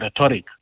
rhetoric